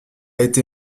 été